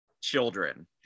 children